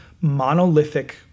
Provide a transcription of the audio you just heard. monolithic